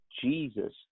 Jesus